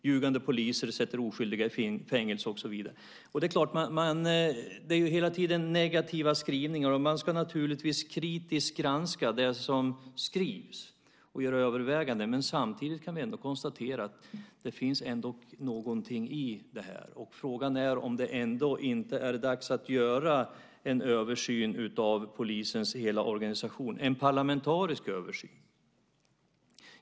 ", "Ljugande poliser sätter oskyldiga i fängelse" och så vidare. Det är hela tiden negativa skrivningar. Man ska naturligtvis kritiskt granska det som skrivs och göra överväganden. Samtidigt kan vi ändå konstatera att det ligger någonting i det här. Frågan är om det inte är dags att göra en parlamentarisk översyn av polisens hela organisation.